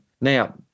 Now